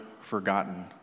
forgotten